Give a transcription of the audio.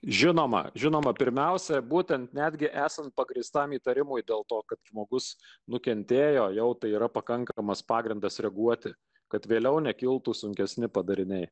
žinoma žinoma pirmiausia būtent netgi esant pagrįstam įtarimui dėl to kad žmogus nukentėjo jau tai yra pakankamas pagrindas reaguoti kad vėliau nekiltų sunkesni padariniai